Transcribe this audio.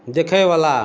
देखयवला